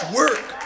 work